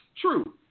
true